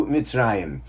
Mitzrayim